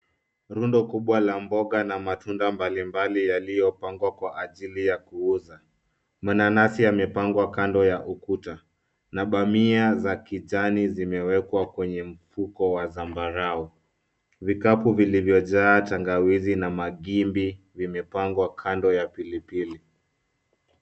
Rundo kubwa la mboga na matunda mbalimbali yaliyopangwa kwa ajili ya kuuza. Mananasi yamepangwa kando ya ukuta, na bamia za kijani zimewekwa kwenye mfuko wa zambarau, vikapu vilivyojaa tangawizi na magimbi vimepangwa kando ya pilipili.